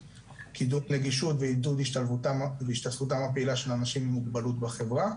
הם מצליבים את הנתונים מעבירים אלינו את רמות העמידה ביעד.